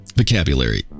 vocabulary